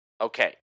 Okay